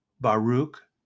Baruch